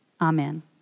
Amen